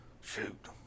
shoot